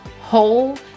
whole